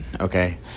okay